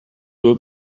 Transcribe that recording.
will